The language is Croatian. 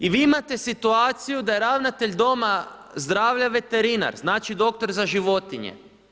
I vi imate situaciju da je ravnatelj doma zdravlja veterinar, znači doktor za životinje.